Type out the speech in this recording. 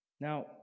Now